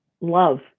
love